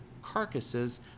carcasses